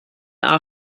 are